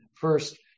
first